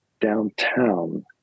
downtown